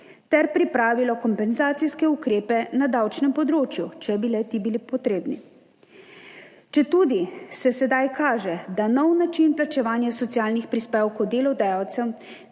ter pripravilo kompenzacijske ukrepe na davčnem področju, če bi le-ti bili potrebni. Četudi se sedaj kaže, da novi način plačevanja socialnih prispevkov delodajalcem